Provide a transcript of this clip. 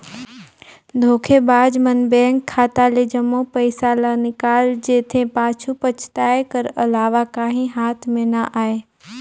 धोखेबाज मन बेंक खाता ले जम्मो पइसा ल निकाल जेथे, पाछू पसताए कर अलावा काहीं हाथ में ना आए